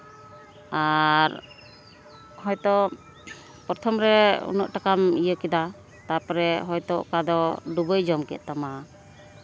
ᱟᱨ ᱦᱚᱭᱛᱳ ᱯᱨᱚᱛᱷᱚᱢ ᱨᱮ ᱩᱱᱟᱹᱜ ᱴᱟᱠᱟᱢ ᱤᱭᱟᱹ ᱠᱮᱫᱟ ᱛᱟᱨᱯᱚᱨᱮ ᱦᱚᱭᱛᱳ ᱚᱠᱟᱫᱚ ᱰᱩᱵᱟᱹᱭ ᱡᱚᱢ ᱠᱮᱫ ᱛᱟᱢᱟ